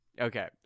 Okay